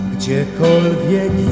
Gdziekolwiek